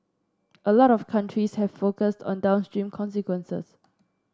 a lot of countries have focused on downstream consequences